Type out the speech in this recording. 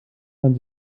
man